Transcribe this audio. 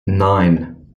nine